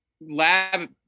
lab